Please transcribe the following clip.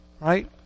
right